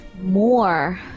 More